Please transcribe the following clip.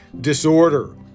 disorder